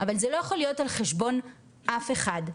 אבל זה לא יכול להיות על חשבון אף אחד,